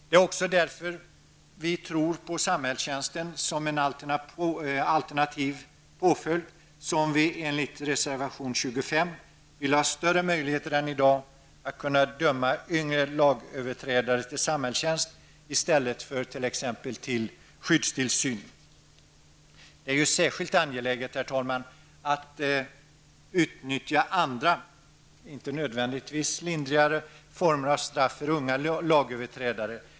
Det är också därför vi tror på samhällstjänsten som en alternativ påföljd. I enlighet med reservation 25 vill vi ha större möjligheter än i dag att döma yngre lagöverträdare till samhällstjänst i stället för exempelvis skyddstillsyn. Det är särskilt angeläget, herr talman, att utnyttja andra, inte nödvändigtvis lindrigare, former av straff för unga lagöverträdare.